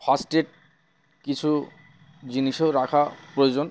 first aid কিছু জিনিসও রাখা প্রয়োজন